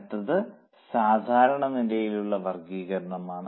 അടുത്തത് സാധാരണ നിലയിലുള്ള വർഗ്ഗീകരണമാണ്